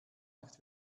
nicht